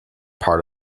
part